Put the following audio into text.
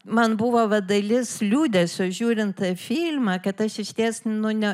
man buvo va dalis liūdesio žiūrint filmą kad aš išties nu ne